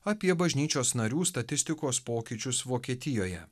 apie bažnyčios narių statistikos pokyčius vokietijoje